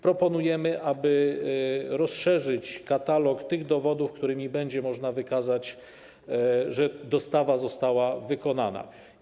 Proponujemy, aby rozszerzyć katalog dowodów, którymi będzie można wykazać, że dostawa została wykonana.